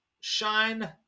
shine